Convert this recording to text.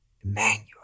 Emmanuel